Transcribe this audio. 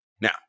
Now